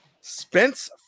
Spence